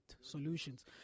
solutions